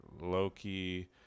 Loki